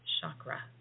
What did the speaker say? chakra